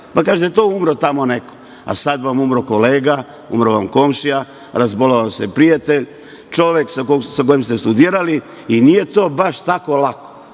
pa kažete - umro je tamo neko, a sada vam umro kolega, umro vam komšija, razboleo vam se prijatelj, čovek sa kojim ste studirali i nije to baš tako lako. Ako